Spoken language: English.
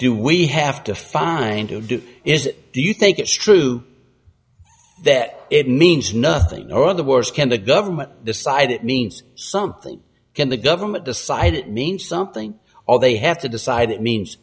do we have to find to do is it do you think it's true that it means nothing or other words can the government decide it means something can the government decide it means something or they have to decide it means